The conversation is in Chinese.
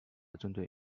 针对